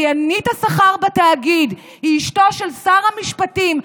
שיאנית השכר בתאגיד היא אשתו של שר המשפטים,